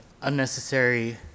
unnecessary